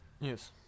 Yes